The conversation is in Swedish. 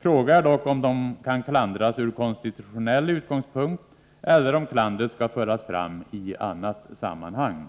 Frågan är dock om dessa förhållanden kan klandras från konstitutionell utgångspunkt eller om klandret skall föras fram i annat sammanhang.